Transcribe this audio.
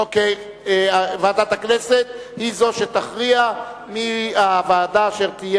ועדת הכנסת היא זאת שתכריע מי הוועדה אשר תהיה